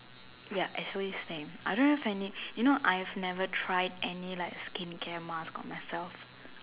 ya as always same I don't have any you know I have never try any like skincare mask on myself